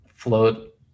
float